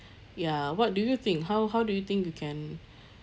ya what do you think how how do you think you can